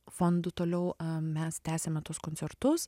fondu toliau mes tęsiame tuos koncertus